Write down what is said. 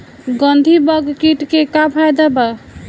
गंधी बग कीट के का फायदा बा?